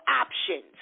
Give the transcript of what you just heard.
options